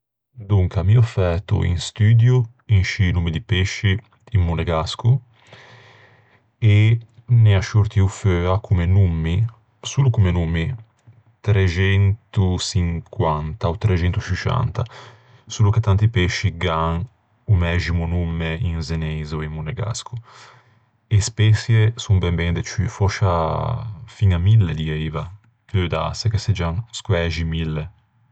Donca, mi ò fæto un studio in scî nommi di pesci in monegasco e n'ea sciortio feua comme nommi, solo comme nommi, trexentoçinquanta ò trexentosciuscianta. Solo che tanti pesci gh'an o mæximo nomme in zeneise ò in monegasco. E speçie son ben ben de ciù, fòscia fiña mille, dieiva. Peu dâse che seggian squæxi mille.